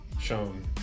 shown